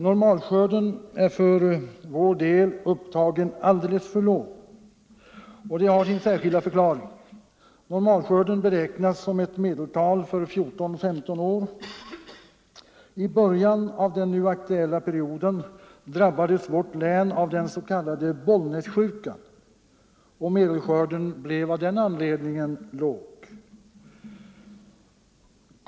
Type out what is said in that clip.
Normskördevärdet är för vår del upptaget alldeles för lågt. Detta har sin särskilda förklaring. Normalskörden beräknas som ett medeltal för 14 å 15 år. I början av den nu aktuella perioden drabbades vårt län av den s.k. Bollnässjukan, och medelskörden blev av den anledningen låg.